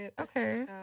Okay